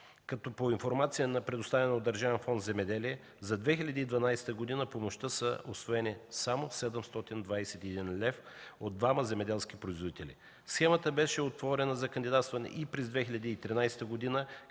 като по информация, предоставена от Държавен фонд „Земеделие” за 2012 г. от помощта са усвоени само 721 лв. от двама земеделски производители. Схемата беше отворена за кандидатстване и през 2013 г.,